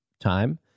time